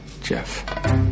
Jeff